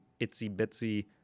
itsy-bitsy